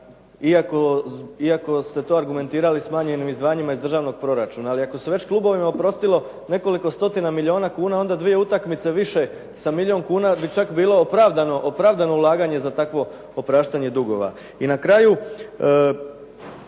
iako ste to argumentirali s manjim izdvajanjima iz državnog proračuna. Ali ako se već klubovima oprostilo nekoliko stotina milijuna kuna, onda dvije utakmice više sa milijun kuna bi čak bilo opravdano ulaganje za takvo opraštanje dugova. I na kraju